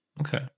Okay